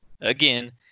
again